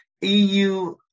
EU